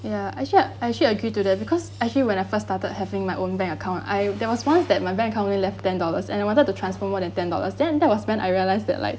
ya actually I actually agreed to that because actually when I first started having my own bank account I there was once that my bank account only left ten dollars and I wanted to transfer more than ten dollars then that was when I realised that like